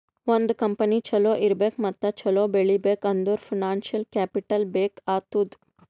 ಒಂದ್ ಕಂಪನಿ ಛಲೋ ಇರ್ಬೇಕ್ ಮತ್ತ ಛಲೋ ಬೆಳೀಬೇಕ್ ಅಂದುರ್ ಫೈನಾನ್ಸಿಯಲ್ ಕ್ಯಾಪಿಟಲ್ ಬೇಕ್ ಆತ್ತುದ್